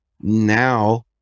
now